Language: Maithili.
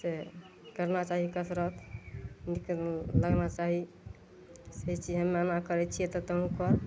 से करना चाही कसरत नीक लगना चाही जे हम एना करै छिए तऽ तोँहूँ कर